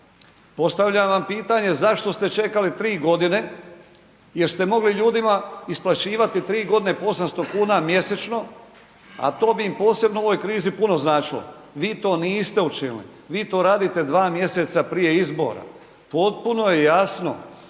Postavljam vam pitanje, zašto ste čekali 3.g. jer ste mogli ljudima isplaćivati 3.g. po 800,00 kn mjesečno, a to bi im posebno u ovoj krizi puno značilo? Vi to niste učinili, vi to radite 2 mjeseca prije izbora. Potpuno je jasno